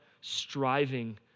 striving